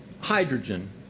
hydrogen